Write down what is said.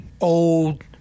old